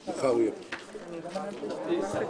הישיבה ננעלה בשעה